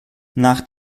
nach